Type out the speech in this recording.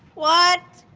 what?